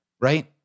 right